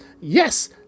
Yes